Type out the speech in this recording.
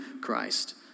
Christ